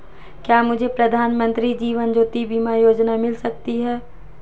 क्या मुझे प्रधानमंत्री जीवन ज्योति बीमा योजना मिल सकती है?